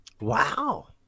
Wow